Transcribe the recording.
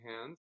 hands